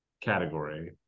category